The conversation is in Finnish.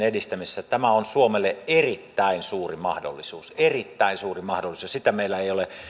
edistämisessä tämä on suomelle erittäin suuri mahdollisuus erittäin suuri mahdollisuus ja sitä meillä ei ole